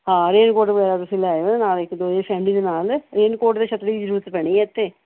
ਹਾਂ raincoat ਵਗੈਰਾ ਤੁਸੀਂ ਲੈ ਆਉਣਾ ਨਾਲ਼ ਇੱਕ ਦੋ ਦੇ ਨਾਲ਼ ਰੇਨ ਕੋਟ ਅਤੇ ਛੱਤਰੀ ਦੀ ਜ਼ਰੂਰਤ ਪੈਣੀ ਹੈ ਇੱਥੇ